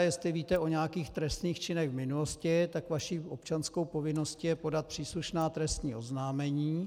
Jestli víte o nějakých trestných činech v minulosti, tak vaší občanskou povinností je podat příslušná trestní oznámení.